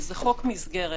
זה חוק מסגרת.